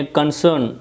concern